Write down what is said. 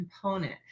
component